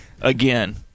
again